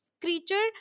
creature